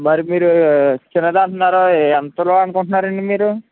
మరి మీరు చిన్నది అంటున్నారు ఎంతలో అనుకుంటున్నారు అండి మీరు